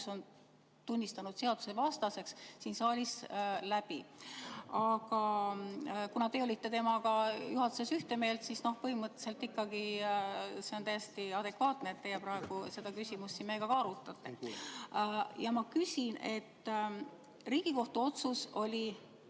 on tunnistanud seadusvastaseks, siin saalis läbi. Aga kuna te olite temaga juhatuses ühte meelt, siis põhimõtteliselt on see ikkagi täiesti adekvaatne, et teie praegu seda küsimust siin meiega ka arutate. Ja ma küsin. Riigikohtu otsus oli